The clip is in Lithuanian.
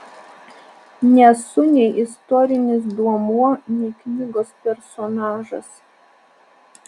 nesu nei istorinis duomuo nei knygos personažas